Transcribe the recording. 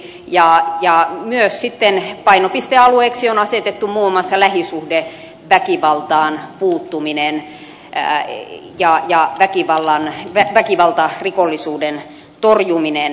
jaa julkisesti ja painopistealueeksi on myös asetettu muun muassa lähisuhdeväkivaltaan puuttuminen ja väkivaltarikollisuuden torjuminen